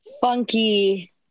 funky